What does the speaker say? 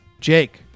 Jake